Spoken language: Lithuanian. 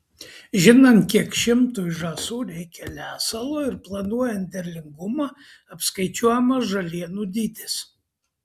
žinant kiek šimtui žąsų reikia lesalo ir planuojant derlingumą apskaičiuojamas žalienų dydis